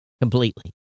Completely